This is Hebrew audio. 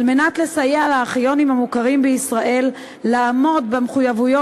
על מנת לסייע לארכיונים המוכרים בישראל לעמוד במחויבויות